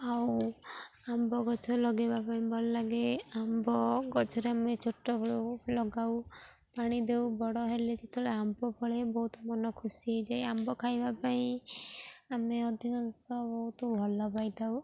ଆଉ ଆମ୍ବ ଗଛ ଲଗେଇବା ପାଇଁ ଭଲ ଲାଗେ ଆମ୍ବ ଗଛରେ ଆମେ ଛୋଟବେଳୁ ଲଗାଉ ପାଣି ଦେଉ ବଡ଼ ହେଲେ ଯେତେବେଳେ ଆମ୍ବ ପଳେ ବହୁତ ମନ ଖୁସି ହେଇଯାଏ ଆମ୍ବ ଖାଇବା ପାଇଁ ଆମେ ଅଧିକାଂଶ ବହୁତ ଭଲ ପାଇଥାଉ